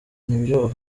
nibyo